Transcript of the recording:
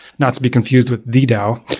not to be confused with ddaw.